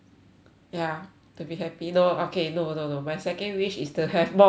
ya to be happy no okay no no no my second wish is to have more time